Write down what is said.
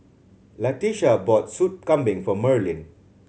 Latisha bought Soup Kambing for Merlyn